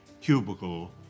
cubicle